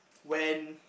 when